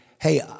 hey